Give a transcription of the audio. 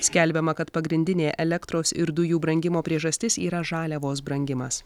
skelbiama kad pagrindinė elektros ir dujų brangimo priežastis yra žaliavos brangimas